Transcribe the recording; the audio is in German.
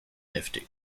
heftig